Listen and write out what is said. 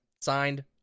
Signed